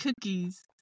cookies